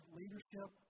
leadership